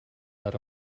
out